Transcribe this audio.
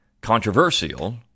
controversial—